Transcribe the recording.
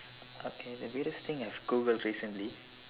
okay the weirdest thing I've googled recently